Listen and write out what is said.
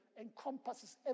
encompasses